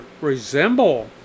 resemble